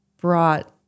brought